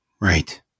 Right